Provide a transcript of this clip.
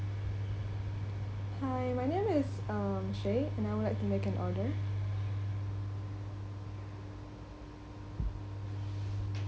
hi my name is um shae and I would like to make an order